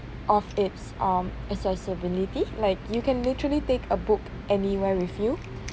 of its um accessibility like you can literally take a book anywhere with you